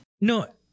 no